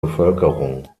bevölkerung